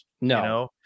No